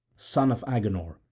son of agenor,